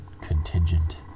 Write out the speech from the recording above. contingent